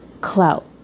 clout